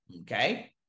Okay